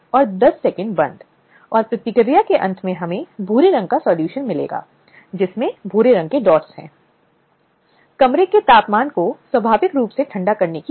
इसलिए जिन श्रमिकों को हम घरों के भीतर काम करते हुए देखते हैं वे भी इस अधिनियम के तहत आवश्यक सुरक्षा की मांग कर सकते हैं